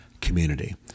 community